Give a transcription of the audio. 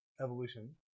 evolution